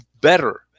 better